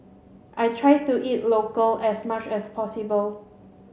I try to eat local as much as possible